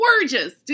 gorgeous